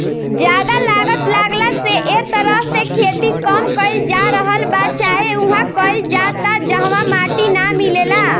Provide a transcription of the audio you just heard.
ज्यादा लागत लागला से ए तरह से खेती कम कईल जा रहल बा चाहे उहा कईल जाता जहवा माटी ना मिलेला